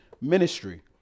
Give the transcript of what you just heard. ministry